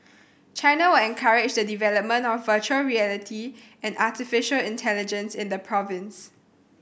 China will encourage the development of virtual reality and artificial intelligence in the province